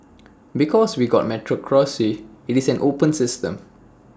because we've got A meritocracy IT is an open system